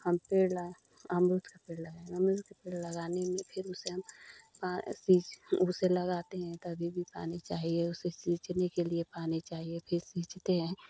हम पेड़ अमरूद के पेड़ लगाएँगे लगाने में फिर उसे हम फिर उसे लगाते हैं तभी भी पानी चाहिए उसे सींचने के लिए पानी चाहिए फिर सींचते हैं